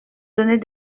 donner